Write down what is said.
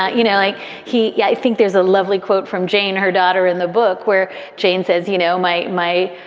ah you know, like he. yeah i think there's a lovely quote from jane, her daughter in the book, where jane says, you know, my my